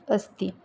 अस्ति